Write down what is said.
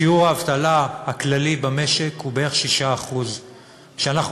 שיעור האבטלה הכללי במשק הוא בערך 6%; כשאנחנו